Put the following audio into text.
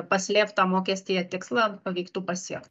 paslėptą mokestyje tikslą pavyktų pasiekt